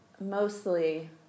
mostly